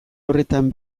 horretan